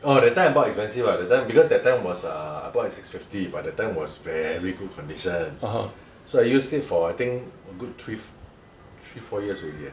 oh that time I bought expensive ah that time because that time was err I bought at six fifty but that time was very good condition so I used it for I think a good three three four years already eh